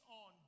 on